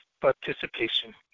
participation